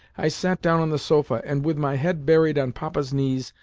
i sat down on the sofa, and, with my head buried on papa's knees,